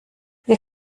wir